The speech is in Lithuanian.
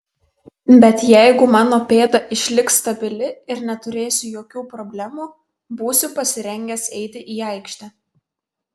bei jeigu mano pėda išliks stabili ir neturėsiu jokių problemų būsiu pasirengęs eiti į aikštę